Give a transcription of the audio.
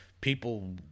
people